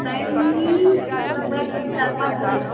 time लगभग चारि पाँच बजे